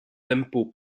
tempo